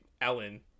Ellen